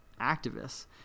activists